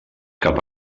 cap